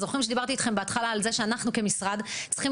זוכרים שדיברתי איתכם בהתחלה על זה שאנחנו כמשרד צריכים